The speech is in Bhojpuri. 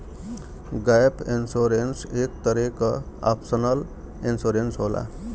गैप इंश्योरेंस एक तरे क ऑप्शनल इंश्योरेंस होला